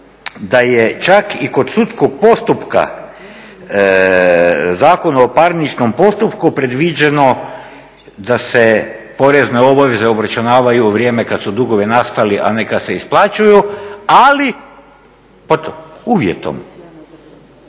da je čak i kod sudskog postupka u Zakonu o parničnom postupku da se porezne obveze obračunavaju u vrijeme kad su dugovi nastali, a ne kad se isplaćuju, ali pod uvjetom.